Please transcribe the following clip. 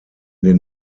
den